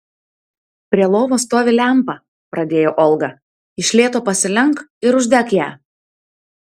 prie lovos stovi lempa pradėjo olga iš lėto pasilenk ir uždek ją